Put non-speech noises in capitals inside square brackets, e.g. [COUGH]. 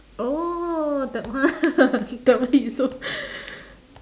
oh that one [LAUGHS] that one is so [BREATH]